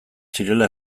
zirela